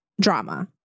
drama